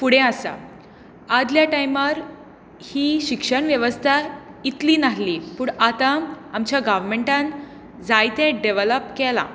फुडें आसा आदल्या टायमार ही शिक्षण वेवस्था इतली नासली पूण आतां आमच्या गावमँटान जायतें डॅवलोप केलां